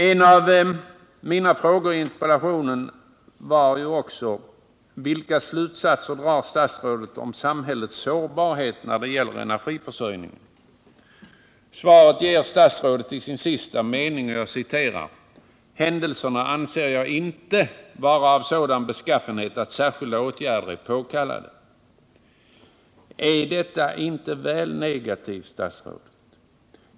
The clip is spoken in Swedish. En av mina frågor i interpellationen var också: ” Vilka slutsatser drar statsrådet ——- om samhällets sårbarhet när det gäller energiförsörjningen?” Svaret ger statsrådet i sista meningen i sitt interpellationssvar: Händelserna ”anser jag inte vara av sådan beskaffenhet att särskilda åtgärder är påkallade från regeringens sida.” Är detta inte väl negativt, statsrådet?